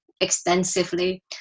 extensively